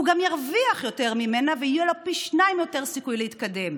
הוא גם ירוויח יותר ממנה ויהיה לו פי שניים יותר סיכוי להתקדם.